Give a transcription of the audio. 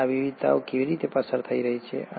અને આ વિવિધતાઓ કેવી રીતે પસાર થઈ રહી છે